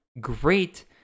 great